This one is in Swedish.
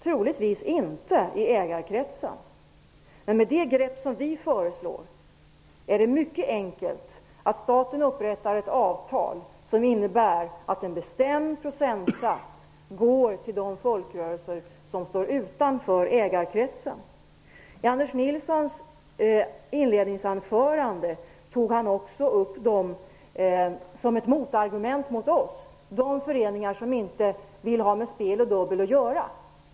Troligtvis inte i ägarkretsen. Med det grepp vi föreslår är det mycket enkelt att staten upprättar ett avtal som innebär att en bestämd procentsats går till de folkrörelser som står utanför ägarkretsen. Som ett motargument mot oss tog Anders Nilsson upp i sitt inledningsanförande de föreningar som inte vill ha med spel och dobbel att göra.